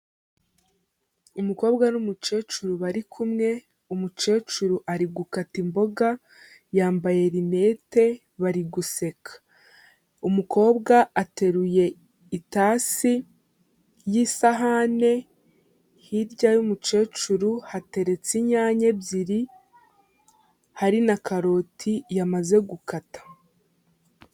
Umukobwa n'umucecuru bari kumwe umucecuru ari gukata imboga yambaye rinete bari guseka, umukobwa ateruye itasi y'isahane hirya y'umucecuru hateretse inyanya ebyeri hari na karoti yamaze gukata.